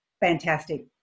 fantastic